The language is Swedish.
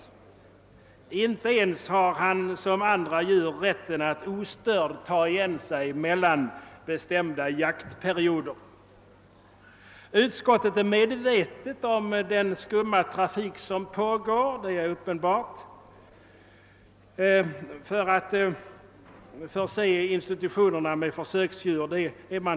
Den har inte ens som andra djur rätt att ta igen sig mellan bestämda jaktperioder. Utskottet är medvetet om den skumma trafik som pågår för att förse institutionerna med försöksdjur.